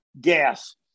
gas